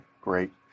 great